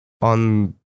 on